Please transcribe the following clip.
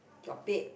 your bed